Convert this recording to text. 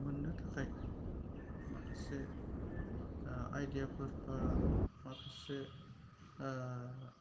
मोननो थाखाय माखासे आइडियाफोर बा माखासे